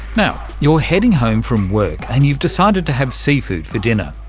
now, you're heading home from work and you've decided to have seafood for dinner.